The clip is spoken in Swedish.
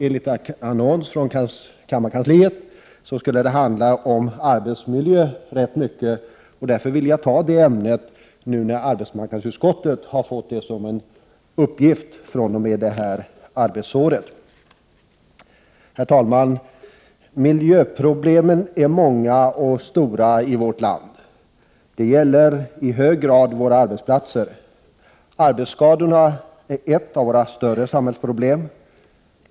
Enligt vad kammarkansliet har annonserat skulle debatten handla rätt mycket om arbetsmiljö. Därför vill jag ta upp det ämnet, isynnerhet som det är en uppgift för arbetsmarknadsutskottet fr.o.m. det här arbetsåret. Miljöproblemen är många och stora i vårt land. Det gäller i hög grad våra arbetsplatser. Arbetsskadorna är ett av våra större samhällsproblem.